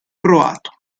croato